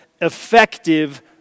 effective